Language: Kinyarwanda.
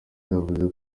yavuze